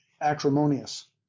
acrimonious